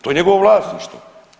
To je njegovo vlasništvo.